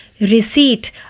Receipt